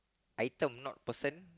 item not person